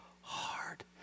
hard